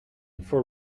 for